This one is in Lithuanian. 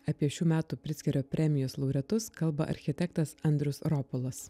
apie šių metų prickerio premijos laureatus kalba architektas andrius ropolas